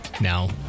now